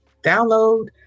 download